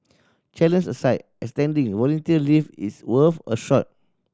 challenge aside extending volunteer leave is worth a shot